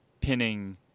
pinning